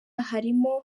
harimo